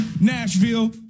Nashville